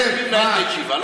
כולל מי מנהל את הישיבה.